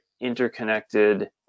interconnected